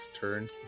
turn